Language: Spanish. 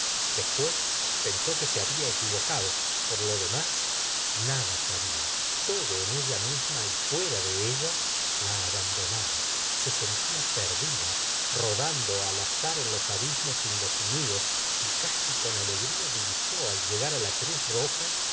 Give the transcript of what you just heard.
despues pensó que se había equivocado por lo demás nada sabia todo en ella misma y fuera de ella la abandonaba se sentía perdida rodando al azar en los abismos indefinidos y casi con alegria divisó al llegar á la cruz roja